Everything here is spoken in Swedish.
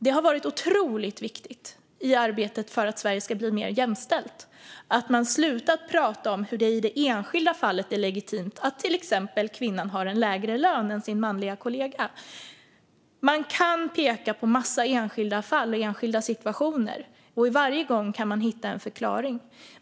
Det har varit otroligt viktigt i arbetet för att Sverige ska bli mer jämställt att man har slutat prata om hur det i det enskilda fallet är legitimt att till exempel en kvinna har en lägre lön än hennes manliga kollega. Man kan peka på en massa enskilda fall och enskilda situationer, och varje gång kan man hitta en förklaring.